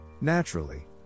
Naturally